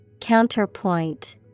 Counterpoint